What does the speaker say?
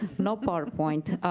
no power point.